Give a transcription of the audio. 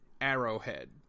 Arrowhead